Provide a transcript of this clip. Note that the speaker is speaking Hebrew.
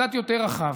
קצת יותר רחב.